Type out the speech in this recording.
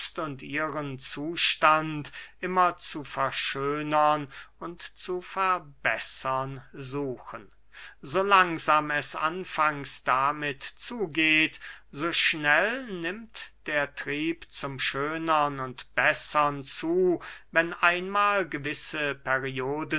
ihren zustand immer zu verschönern und zu verbessern suchen so langsam es anfangs damit zugeht so schnell nimmt der trieb zum schönern und bessern zu wenn einmahl gewisse perioden